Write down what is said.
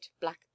black